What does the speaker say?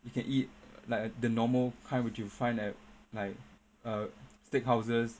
you can eat like the normal kind which you will find at like err steak houses